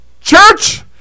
Church